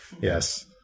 yes